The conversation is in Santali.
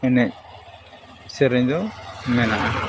ᱮᱱᱮᱡ ᱥᱮᱨᱮᱧ ᱫᱚ ᱢᱮᱱᱟᱜᱼᱟ